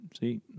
See